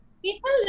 People